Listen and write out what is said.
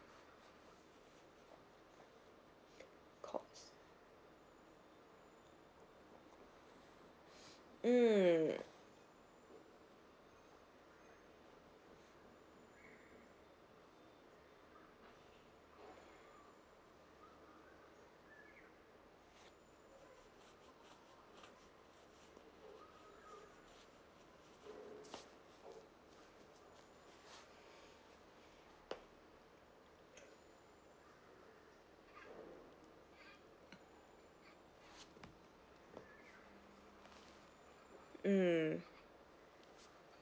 calls mm mm